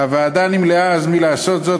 הוועדה נמנעה מלעשות זאת,